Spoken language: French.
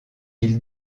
ils